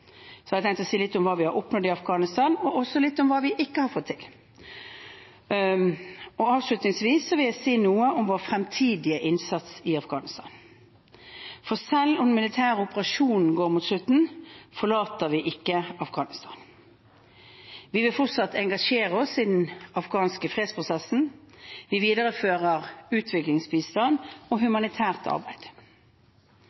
Så har jeg tenkt å si litt om hva vi har oppnådd i Afghanistan, og også litt om hva vi ikke har fått til. Avslutningsvis vil jeg si noe om vår fremtidige innsats i Afghanistan. For selv om den militære operasjonen går mot slutten, forlater vi ikke Afghanistan. Vi vil fortsatt engasjere oss i den afghanske fredsprosessen. Vi viderefører utviklingsbistand og